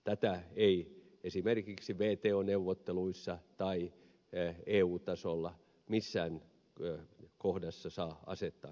tätä ei esimerkiksi wto neuvotteluissa tai eu tasolla missään kohdassa saa asettaa kyseenalaiseksi